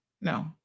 No